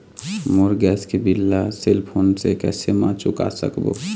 मोर gas के bill ला cell phone से कैसे म चुका सकबो?